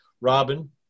Robin